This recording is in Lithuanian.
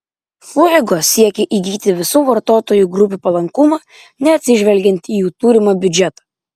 fuego siekė įgyti visų vartotojų grupių palankumą neatsižvelgiant į jų turimą biudžetą